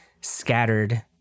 scattered